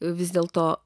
vis dėl to